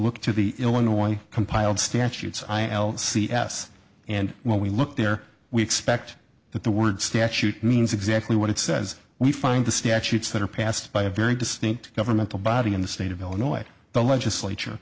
look to the illinois compiled statutes i l c s and when we look there we expect that the word statute means exactly what it says we find the statutes that are passed by a very distinct governmental body in the state of illinois the legislature